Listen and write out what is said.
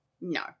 No